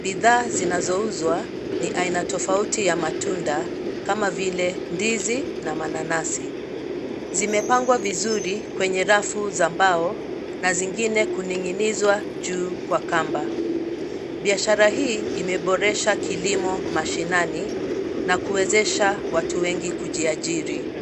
bidhaa zinazouzwa ni aina tofauti ya matunda kama vile ndizi na mananasi. Zimepangwa vizuri kwenye rafu za mbao na zingine kuning'izwa juu kwa kamba. Biashara hii imeboresha kilimo mashinani na kuwezesha watu wengi kujiajiri.